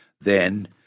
Then